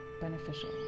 beneficial